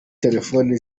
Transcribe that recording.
telefoni